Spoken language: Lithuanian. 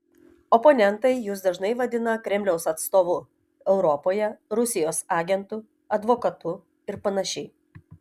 oponentai jus dažnai vadina kremliaus atstovu europoje rusijos agentu advokatu ir panašiai